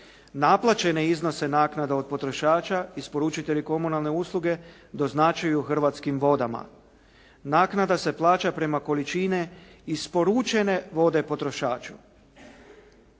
Naplaćene iznose naknada od potrošača isporučitelji komunalne usluge doznačuju Hrvatskim vodama. Naknada se plaća prema količini isporučene vode potrošaču.